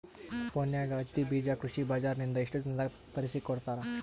ಫೋನ್ಯಾಗ ಹತ್ತಿ ಬೀಜಾ ಕೃಷಿ ಬಜಾರ ನಿಂದ ಎಷ್ಟ ದಿನದಾಗ ತರಸಿಕೋಡತಾರ?